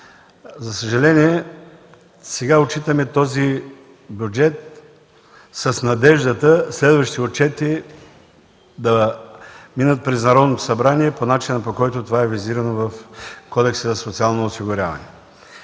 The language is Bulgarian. За съжаление, сега отчитаме този бюджет с надеждата следващите отчети да минат през Народното събрание по начина, по който това е визирано в Кодекса за социалното осигуряване.